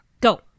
Go